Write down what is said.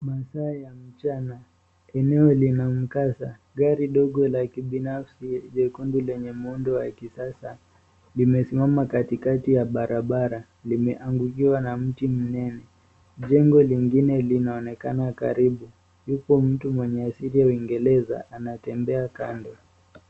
Masaa ya mchana, eneo lina mkasa. Gari dogo la kibinafsi jekundu lenye muundo wa kisasa, limesimama katikati ya barabara, limeangukiwa na mti mnene. Jengo lingine linaonekana karibu, yupo mtu mwenye asili ya uingereza anatembea kando.